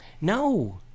No